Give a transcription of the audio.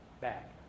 back